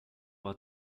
war